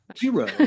Zero